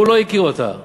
הוא לא הכיר אותה.